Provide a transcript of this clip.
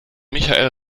michael